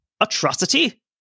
Atrocity